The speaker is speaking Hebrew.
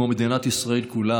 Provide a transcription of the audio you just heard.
כמו מדינת ישראל כולה,